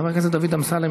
חבר הכנסת דוד אמסלם,